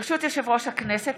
ברשות יושב-ראש הכנסת,